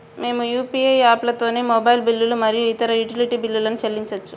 మేము యూ.పీ.ఐ యాప్లతోని మొబైల్ బిల్లులు మరియు ఇతర యుటిలిటీ బిల్లులను చెల్లించచ్చు